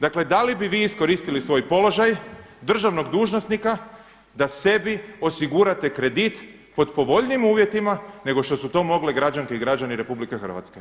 Dakle, da li bi vi iskoristili svoj položaj državnog dužnosnika da sebi osigurate kredit pod povoljnijim uvjetima nego što su to mogle građanke i građani RH?